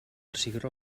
cigró